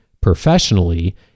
professionally